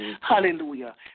Hallelujah